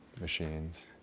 machines